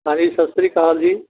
ਹਾਂਜੀ ਸਤਿ ਸ਼੍ਰੀ ਅਕਾਲ ਜੀ